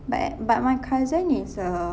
but ac~ but my cousin is a